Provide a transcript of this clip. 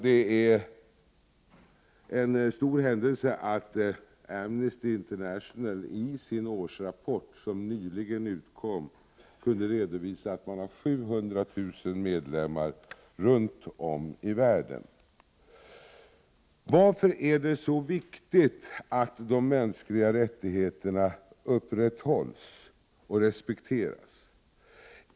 Det är en stor händelse att Amnesty International i sin årsrapport, som nyligen utkom, kunde redovisa att man har 700 000 medlemmar runt om i världen. Varför är det så viktigt att de mänskliga rättigheterna upprätthålls och respekteras?